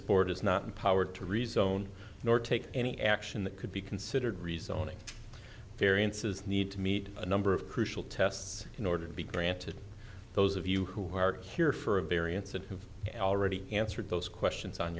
board is not empowered to rezone nor take any action that could be considered rezoning variances need to meet a number of crucial tests in order to be granted those of you who are here for a variance and have already answered those questions on